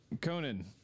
Conan